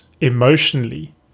emotionally